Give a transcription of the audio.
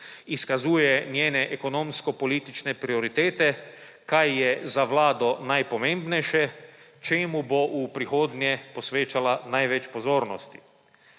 Izkazuje njene ekonomsko-politične prioritete, kaj je za vlado najpomembnejše, čemu bo v prihodnje posvečala največ pozornosti.